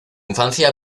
infancia